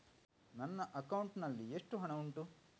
ನನ್ನ ಅಕೌಂಟ್ ನಲ್ಲಿ ಎಷ್ಟು ಹಣ ಉಂಟು?